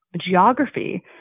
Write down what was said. geography